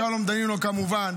ושלום דנינו כמובן,